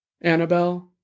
Annabelle